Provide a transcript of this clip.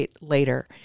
later